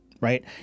right